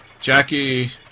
jackie